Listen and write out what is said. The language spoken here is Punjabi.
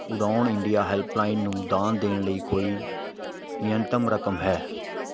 ਉਡਾਣ ਇੰਡੀਆ ਹੈਲਪਲਾਈਨ ਨੂੰ ਦਾਨ ਦੇਣ ਲਈ ਕੋਈ ਨਿਊਨਤਮ ਰਕਮ ਹੈ